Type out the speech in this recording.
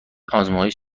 آزمایش